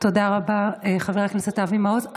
תודה רבה, חבר הכנסת אבי מעוז.